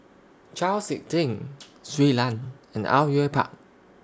Chau Sik Ting Shui Lan and Au Yue Pak